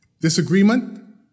Disagreement